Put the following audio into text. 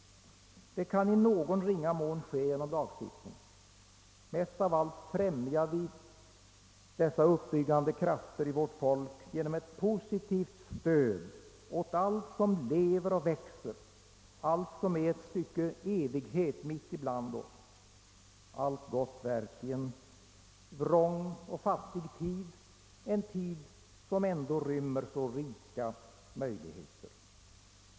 Det kan i någon mån ske genom skyddslagstiftning. Bäst av allt främjar vi dessa uppbyggande krafter i vårt folk genom ett positivt stöd åt allt som lever och växer, allt som är ett stycke evighet, mitt ibland oss, allt gott verk i en vrång och fattig tid, en tid som ändå rymmer så rika möjligheter.